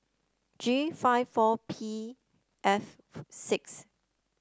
G five four P F six